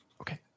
okay